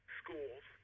schools